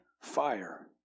fire